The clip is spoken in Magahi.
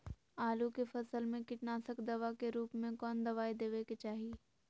आलू के फसल में कीटनाशक दवा के रूप में कौन दवाई देवे के चाहि?